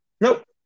Nope